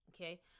okay